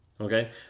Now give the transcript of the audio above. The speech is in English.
Okay